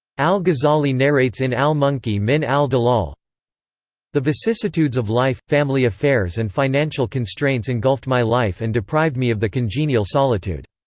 al-ghazali narrates in al-munqidh min al-dalal the vicissitudes of life, family affairs and financial constraints engulfed my life and deprived me of the congenial solitude.